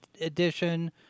edition